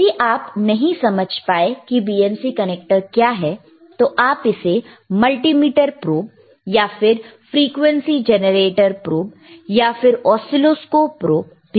यदि आप नहीं समझ पाए कि BNC कनेक्टर क्या है तो आप इससे मल्टीमीटर प्रोब या फिर फ्रिकवेंसी जेनरेटर प्रोब या फिर ऑसीलोस्कोप प्रोब भी कह सकते हैं